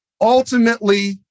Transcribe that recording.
ultimately